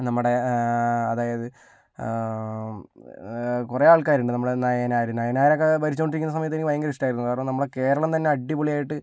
നമ്മുടെ അതായത് കുറേ ആൾക്കാരുണ്ട് നമ്മുടെ നയനാർ നയനാരൊക്കെ ഭരിച്ചുകൊണ്ടിരിക്കുന്ന സമയത്ത് എനിക്ക് ഇഷ്ടമായിരുന്നു കാരണം നമ്മളെ കേരളം തന്നെ അടിപൊളിയായിട്ട്